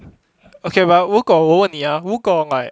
okay but 如果我问你 ah 如果 like